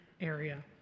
area